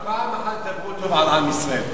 פעם אחת תדברו טוב על עם ישראל.